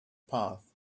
path